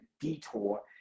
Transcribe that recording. detour